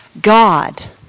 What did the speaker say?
God